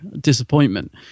disappointment